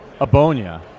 Abonia